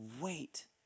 Wait